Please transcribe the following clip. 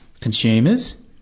consumers